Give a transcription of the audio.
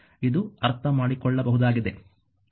ಇದು ಅರ್ಥಮಾಡಿಕೊಳ್ಳಬಹುದಾಗಿದೆ